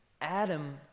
Adam